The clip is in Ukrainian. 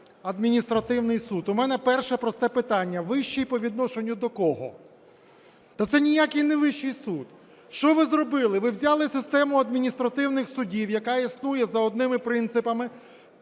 адміністративний суд. У мене перше просте питання: вищій по відношенню до кого? Та це ніякий не вищій суд. Що ви зробили? Ви взяли систему адміністративних судів, яка існує за одними принципами,